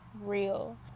real